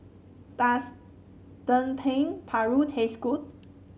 does Dendeng Paru taste good